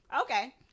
okay